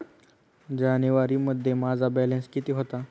जानेवारीमध्ये माझा बॅलन्स किती होता?